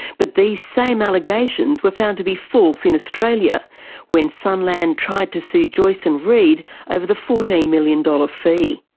but these same allegations were found to be false in australia when sunland tried to sue joyce and reed over the fourteen million dollars dollar fee.